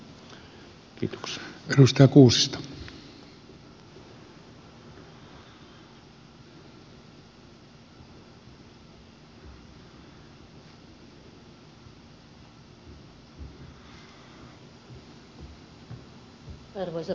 arvoisa puhemies